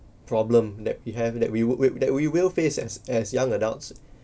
problem that we have that we would wait that we will face as as young adults